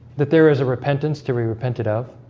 that there is a repentance to be repented of